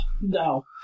no